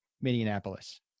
Minneapolis